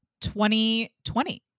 2020